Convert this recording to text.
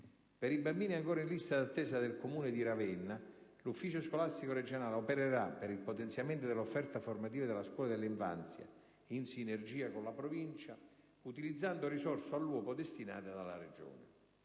Per i bambini ancora in lista d'attesa del Comune di Ravenna, l'Ufficio scolastico regionale opererà per il potenziamento dell'offerta formativa della scuola dell'infanzia in sinergia con la Provincia, utilizzando risorse all'uopo destinate dalla Regione.